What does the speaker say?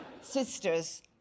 Sisters